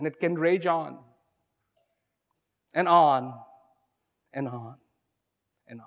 and it can rage on and on and on and